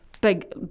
big